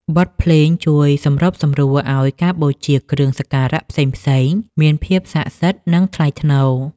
បទភ្លេងជួយសម្របសម្រួលឱ្យការបូជាគ្រឿងសក្ការៈផ្សេងៗមានភាពសក្ដិសិទ្ធិ និងថ្លៃថ្លា។